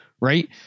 right